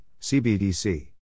CBDC